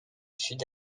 sud